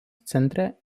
centre